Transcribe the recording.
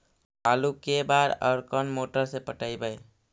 आलू के बार और कोन मोटर से पटइबै?